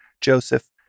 Joseph